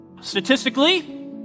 Statistically